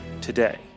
today